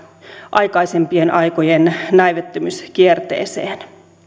aikaisempien aikojen näivettymiskierteeseen